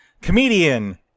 comedian